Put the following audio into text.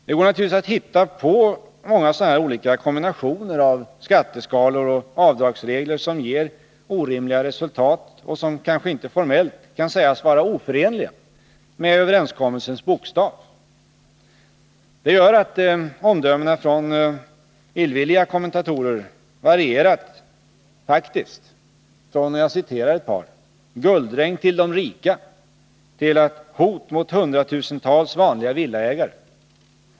Det går naturligtvis att hitta på många olika kombinationer av skatteskalor och avdragsregler som ger orimliga resultat och som kanske inte formellt kan sägas vara oförenliga med överenskommelsens bokstav. Det gör att omdömena från illvilliga kommentatorer varierat från ”Guldregn till de rika” till ”Hot mot 100 000-tals vanliga villaägare”.